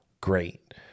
great